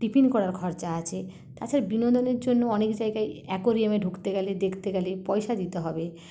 tiffin করার খরচা আছে তাছাড়া বিনোদনের জন্য অনেক জায়গায় অ্যাকোরিয়ামে ঢুকতে গেলে দেখতে গেলে পয়সা দিতে হবে